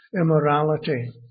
immorality